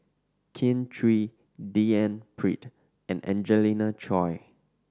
Kin Chui D N Pritt and Angelina Choy